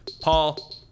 Paul